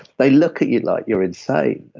they look at you like you're insane.